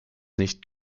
nicht